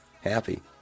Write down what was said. happy